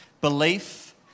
belief